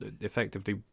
effectively